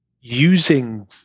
using